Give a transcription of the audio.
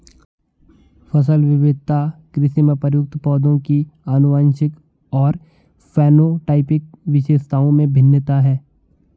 फसल विविधता कृषि में प्रयुक्त पौधों की आनुवंशिक और फेनोटाइपिक विशेषताओं में भिन्नता है